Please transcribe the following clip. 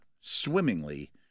swimmingly